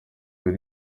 hari